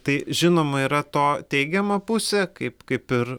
tai žinoma yra to teigiama pusė kaip kaip ir